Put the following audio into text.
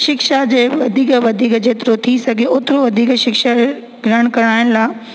शिक्षा जे वधीक वधीक जेतिरो थी सघे ओतिरो वधीक शिक्षा ग्रहण कराइण लाइ